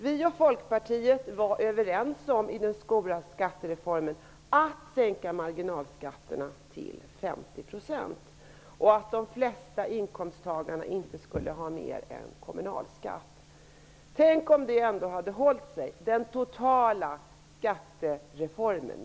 Vi och Folkpartiet var i den stora skattereformen överens om att sänka marginalskatterna till 50 % och att de flesta inkomsttagarna inte skulle betala någon annan skatt än kommunalskatt. Tänk om detta ändå hade hållit sig -- jag menar då den totala skattereformen.